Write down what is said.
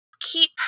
keep